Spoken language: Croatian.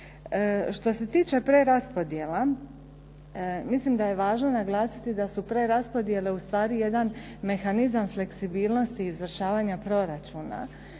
Što se tiče preraspodjela, mislim da je važno naglasiti da su preraspodjele ustvari jedan mehanizam fleksibilnosti izvršavanja proračuna